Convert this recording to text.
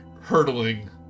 hurtling